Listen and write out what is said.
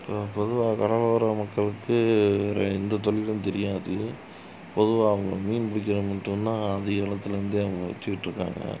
இப்போ பொதுவாக கடலோர மக்களுக்கு வேறு எந்த தொழிலும் தெரியாது பொதுவாக அவங்க மீன் பிடிக்கிறது மட்டுந்தான் ஆதிகாலத்தில் இருந்தே அவங்க வெச்சிக்கிட்டு இருக்காங்க